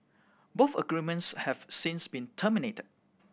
both agreements have since been terminated